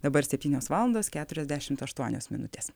dabar septynios valandos keturiasdešimt aštuonios minutės